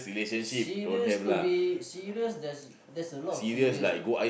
serious to be serious there's there's a lot of serious you know